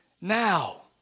now